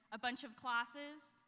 a bunch of classes,